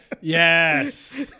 Yes